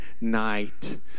night